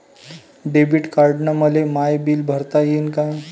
Debit कार्डानं मले my bill भरता येईन का?